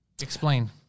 Explain